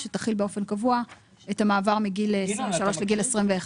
שתחיל את המעבר מגיל 23 לגיל 21